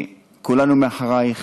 כולנו מאחורייך.